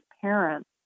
parents